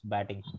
Batting